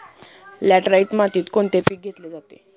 Laterite मातीत कोणते पीक घेतले जाते?